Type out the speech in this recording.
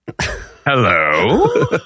Hello